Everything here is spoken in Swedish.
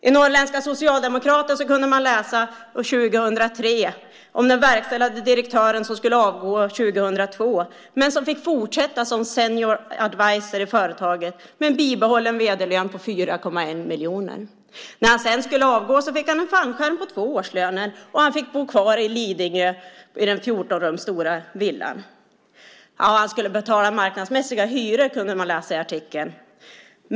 I Norrländska Socialdemokraten kunde man 2003 läsa om den verkställande direktören som skulle avgå 2002 men som fick fortsätta som senior advisor i företaget med en bibehållen vd-lön på 4,1 miljoner. När han sedan skulle avgå fick han en fallskärm på två årslöner, och han fick bo kvar i Lidingö i den 14 rum stora villan. Ja, han skulle betala marknadsmässig hyra, kunde man läsa i artikeln.